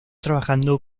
trabajando